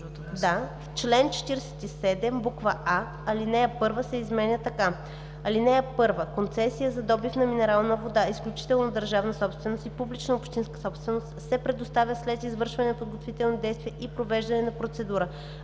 В чл. 47: а) алинея 1 се изменя така: „(1) Концесия за добив на минерална вода – изключителна държавна собственост и публична общинска собственост, се предоставя след извършване на подготвителни действия и провеждане на процедура.